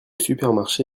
supermarché